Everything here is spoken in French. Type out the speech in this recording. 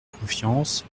confiance